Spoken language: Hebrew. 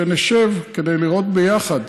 שנשב כדי לראות ביחד,